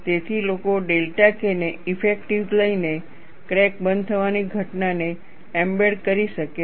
તેથી લોકો delta K ને ઇફેક્ટિવ લઈને ક્રેક બંધ થવાની ઘટનાને એમ્બેડ કરી શકે છે